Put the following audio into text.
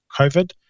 COVID